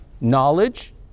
knowledge